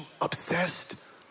obsessed